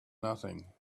nothing